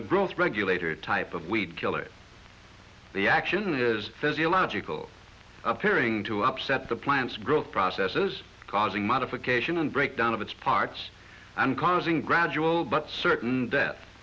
a growth regulator type of weed killer the action is physiological appearing to upset the plant's growth processes causing modification and breakdown of its parts and causing gradual but certain death